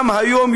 הנושא.